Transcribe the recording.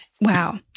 Wow